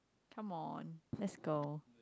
come on let's go